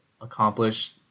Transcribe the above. accomplish